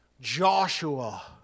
Joshua